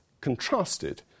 contrasted